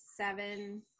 seven